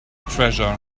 treasure